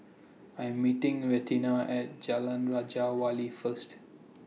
I Am meeting Renita At Jalan Raja Wali First